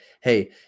Hey